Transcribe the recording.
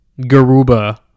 Garuba